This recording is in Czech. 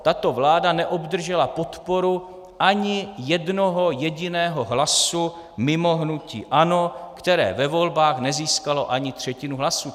Tato vláda neobdržela podporu ani jednoho jediného hlasu mimo hnutí ANO, které ve volbách nezískalo ani třetinu hlasů.